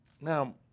Now